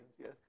yes